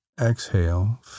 exhale